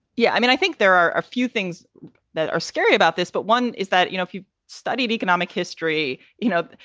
yeah. i mean, i think there are a few things that are scary about this. but one is that, you know, if you studied economic history, you know,